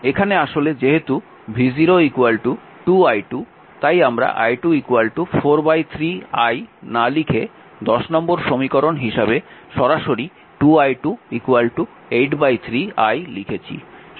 এখানে আসলে যেহেতু v0 2i2 তাই আমরা i2 43i না লিখে নম্বর সমীকরণ হিসাবে সরাসরি 2i2 83i লিখেছি